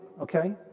okay